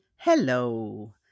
Hello